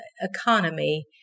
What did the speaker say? economy